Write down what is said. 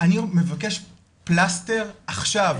אני מבקש פלסטר עכשיו.